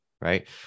Right